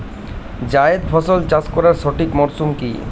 জায়েদ ফসল চাষ করার সঠিক মরশুম কি?